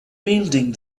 building